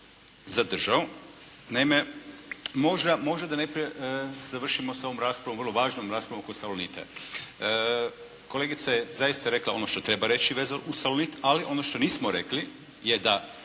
zadržao. Naime, možda da najprije završimo sa ovom raspravom, vrlo važnom raspravom oko “Salonita“. Kolegica je zaista rekla ono što treba reći vezan uz “Salonit“, ali ono što nismo rekli je da